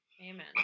amen